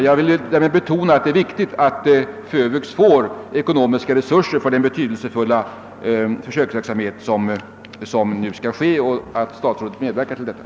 Jag vill betona att det är viktigt att FÖVUX får ekonomiska resurser till den betydelsefulla försöksverksamhet som skall ske och att statsrådet medverkar till detta.